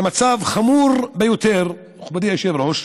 זה מצב חמור ביותר, מכובדי היושב-ראש,